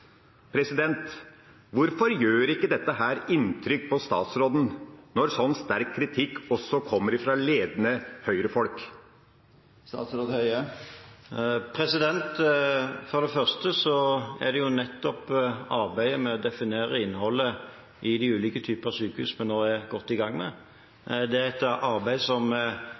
Hvorfor gjør det ikke inntrykk på statsråden når sånn sterk kritikk også kommer fra ledende Høyre-folk? For det første er det nettopp arbeidet med å definere innholdet i de ulike typer sykehus vi nå er godt i gang med.